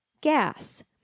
gas